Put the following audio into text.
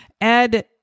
ed